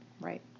Right